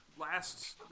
last